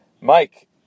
Mike